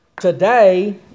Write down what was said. Today